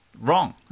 wrong